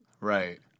Right